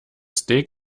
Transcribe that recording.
steak